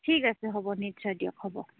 ঠিক আছে হ'ব নিশ্চয় দিয়ক হ'ব